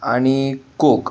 आणि कोक